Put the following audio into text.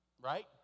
Right